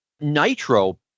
Nitro